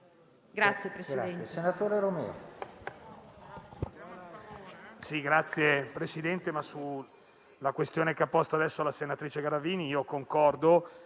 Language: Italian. Grazie Presidente,